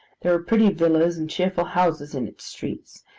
there are pretty villas and cheerful houses in its streets,